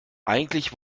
eigentlich